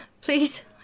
Please